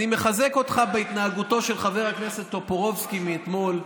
אני מחזק אותך בהתנהגותו של חבר הכנסת טופורובסקי מאתמול.